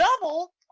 double